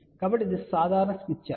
కాబట్టి ఇది సాధారణ స్మిత్ చార్ట్